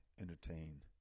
entertain